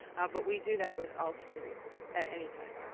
but we do that with all students at any time.